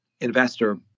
investor